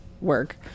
work